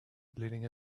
leading